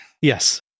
Yes